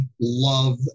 love